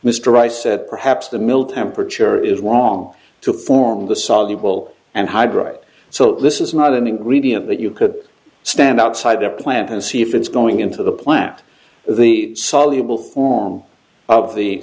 mr rice said perhaps the mill temperature is wrong to form the soluble and hide right so this is not an ingredient that you could stand outside the plant and see if it's going into the plant the soluble form of the